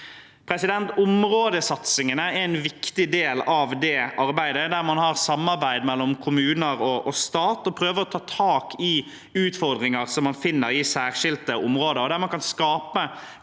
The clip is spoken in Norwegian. fellesskap. Områdesatsingene er en viktig del av det arbeidet, der man har samarbeid mellom kommuner og stat og prøver å ta tak i utfordringer som man finner i særskilte områder, og der man kan skape